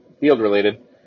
field-related